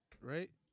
right